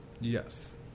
Yes